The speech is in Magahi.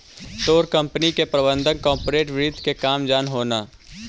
तोर कंपनी के प्रबंधक कॉर्पोरेट वित्त के काम जान हो न